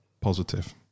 positive